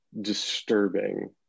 disturbing